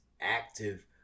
active